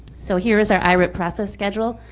so here is our irip process schedule.